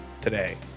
today